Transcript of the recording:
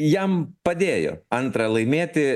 jam padėjo antrą laimėti